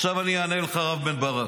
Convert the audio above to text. עכשיו אענה לך, רם בן ברק.